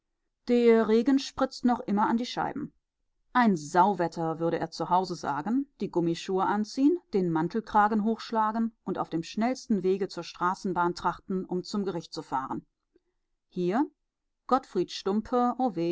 der regen spritzt noch immer an die scheiben ein sauwetter würde er zu hause sagen die gummischuhe anziehen den mantelkragen hochschlagen und auf dem schnellsten wege zur straßenbahn trachten um zum gericht zu fahren hier gottfried